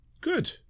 good